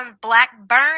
Blackburn